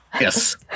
Yes